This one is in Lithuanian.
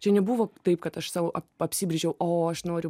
čia nebuvo taip kad aš sau ap apsibrėžiau o aš noriu